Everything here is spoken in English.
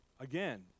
again